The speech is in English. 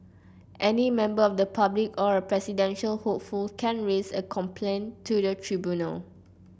any member of the public or a presidential hopeful can raise a complaint to the tribunal